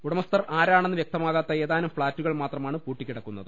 ഉടമസ്ഥർ ആരാണെന്ന് വ്യക്ത മാകാത്ത ഏതാനും ഫ്ളാറ്റുകൾ മാത്രമാണ് പൂട്ടിക്കിടക്കുന്നത്